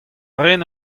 rin